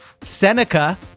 seneca